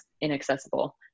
inaccessible